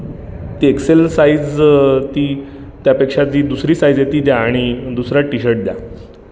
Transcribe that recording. ती XL size ती त्यापेक्षा ती दुसरी साईज आहे ती द्या आणि दुसरा टीशर्ट द्या